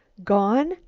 gone!